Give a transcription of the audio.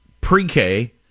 pre-k